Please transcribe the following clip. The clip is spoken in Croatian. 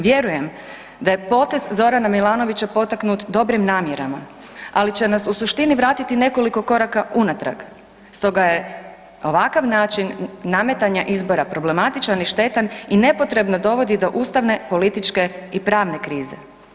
Vjerujem da je potez Z. Milanovića potaknut dobrim namjerama, ali će nas u suštini vratiti nekoliko koraka unatrag, stoga je ovakav način nametanja izbora problematičan i štetan i nepotrebno dovodi do ustavne, političke i pravne krize.